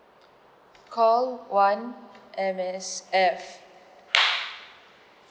call one M_S_F